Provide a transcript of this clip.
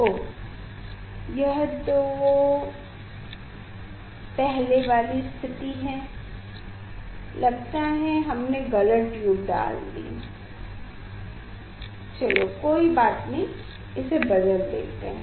ओह ये तो पहले वाली ही स्थिति है लगता है हमने गलत ट्यूब डाल दी कोई बात नहीं इसे बदल लेते हैं